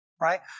right